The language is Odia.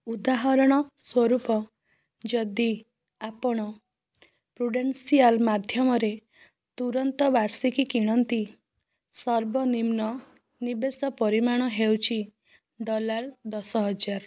ଉଦାହରଣ ସ୍ୱରୂପ ଯଦି ଆପଣ ପ୍ରୁଡେନ୍ସିଆଲ୍ ମାଧ୍ୟମରେ ତୁରନ୍ତ ବାର୍ଷିକୀ କିଣନ୍ତି ସର୍ବନିମ୍ନ ନିବେଶ ପରିମାଣ ହେଉଛି ଡଲାର ଦଶହଜାର